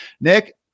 Nick